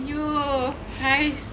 !aiyo! !hais!